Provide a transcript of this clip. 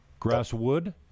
Grasswood